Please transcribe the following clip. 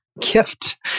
gift